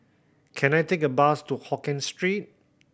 can I take a bus to Hokien Street